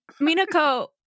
Minako